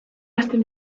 hasten